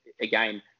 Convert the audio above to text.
again